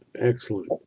Excellent